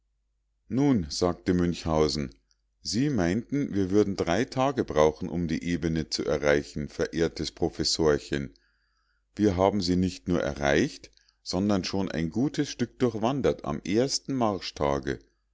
nun sagte münchhausen sie meinten wir würden drei tage brauchen um die ebene zu erreichen verehrtes professorchen wir haben sie nicht nur erreicht sondern schon ein gutes stück durchwandert am ersten